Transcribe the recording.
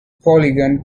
polygon